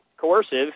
coercive